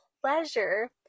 pleasure